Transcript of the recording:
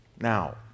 Now